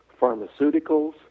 pharmaceuticals